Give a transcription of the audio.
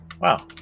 Wow